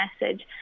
message